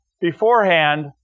beforehand